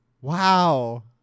Wow